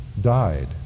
died